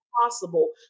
possible